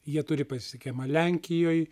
jie turi pasisekimą lenkijoj